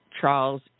Charles